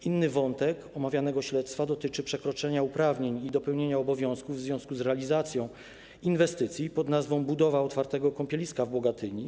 Inny wątek omawianego śledztwa dotyczy przekroczenia uprawnień i niedopełnienia obowiązków w związku z realizacją inwestycji pn. „Budowa otwartego kąpieliska w Bogatyni”